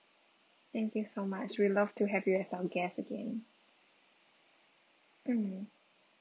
thank you so much we love to have you as our guest again mm